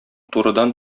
турыдан